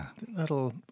That'll